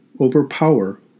overpower